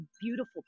beautiful